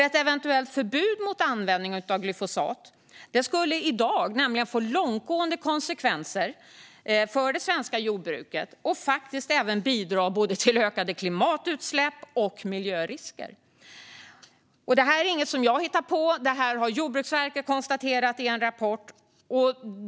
Ett eventuellt förbud mot användning av glyfosat i dag skulle nämligen få långtgående konsekvenser för det svenska jordbruket och faktiskt även bidra till både ökade klimatutsläpp och miljörisker. Detta är inget som jag hittar på, utan det har Jordbruksverket konstaterat i en rapport.